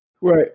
Right